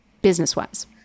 business-wise